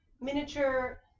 miniature